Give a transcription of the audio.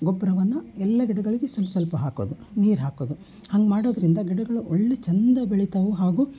ಗೊಬ್ಬರವನ್ನು ಎಲ್ಲ ಗಿಡಗಳಿಗೆ ಸ್ವಲ್ಪ ಸ್ವಲ್ಪ ಹಾಕೋದು ನೀರು ಹಾಕೋದು ಹಂಗೆ ಮಾಡೋದರಿಂದ ಗಿಡಗಳು ಒಳ್ಳೆಯ ಚೆಂದ ಬೆಳಿತಾವೆ ಹಾಗೂ